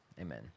Amen